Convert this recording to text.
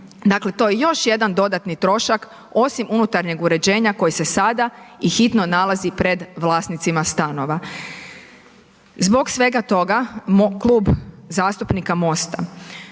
Dakle, to je još jedan dodatni trošak osim unutarnjeg uređenja koji se sada i hitno nalazi pred vlasnicima stanova. Zbog svega toga Klub zastupnika MOST-a,